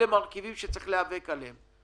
אלה מרכיבים שצריך להיאבק עליהם.